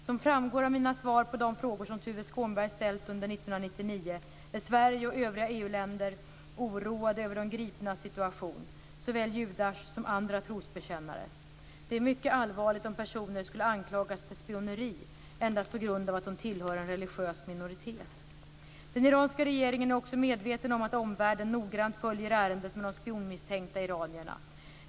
Som framgår av mina svar på de frågor som Tuve Skånberg ställt under 1999 är Sverige och övriga EU länder oroade över de gripnas situation, såväl judars som andra trosbekännares. Det är mycket allvarligt om personer skulle anklagas för spioneri endast på grund av att de tillhör en religiös minoritet. Den iranska regeringen är också medveten om att omvärlden noggrant följer ärendet med de spionmisstänkta iranierna.